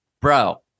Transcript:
bro